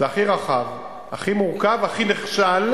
זה הכי רחב, הכי מורכב והכי נחשל,